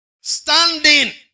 standing